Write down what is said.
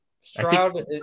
Stroud